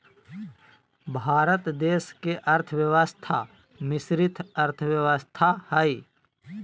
भारत देश के अर्थव्यवस्था मिश्रित अर्थव्यवस्था हइ